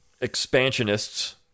expansionists